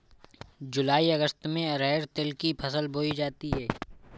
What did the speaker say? जूलाई अगस्त में अरहर तिल की फसल बोई जाती हैं